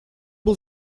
был